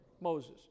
Moses